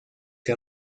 que